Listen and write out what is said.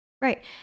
Right